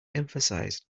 emphasized